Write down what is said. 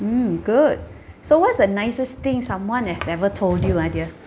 mm good so what's the nicest thing someone has ever told you ah dear